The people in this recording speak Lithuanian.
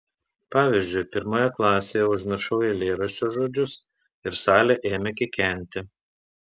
pavyzdžiui pirmoje klasėje užmiršau eilėraščio žodžius ir salė ėmė kikenti